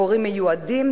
הורים מיועדים,